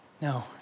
No